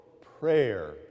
prayer